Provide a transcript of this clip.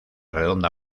redonda